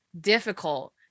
difficult